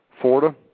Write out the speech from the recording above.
Florida